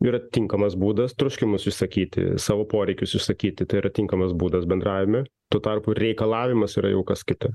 yra tinkamas būdas troškimas išsakyti savo poreikius išsakyti tai yra tinkamas būdas bendravime tuo tarpu reikalavimas yra jau kas kita